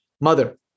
mother